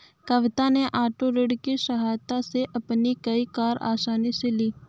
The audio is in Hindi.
कविता ने ओटो ऋण की सहायता से अपनी नई कार आसानी से ली